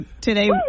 today